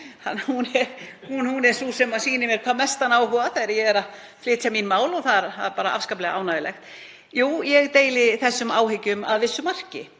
Hún er sú sem sýnir mér hvað mestan áhuga þegar ég flyt mín mál og það er afskaplega ánægjulegt. Jú, ég deili þessum áhyggjum að vissu marki.